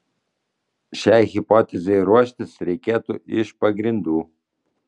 šiai hipotezei ruoštis reikėtų iš pagrindų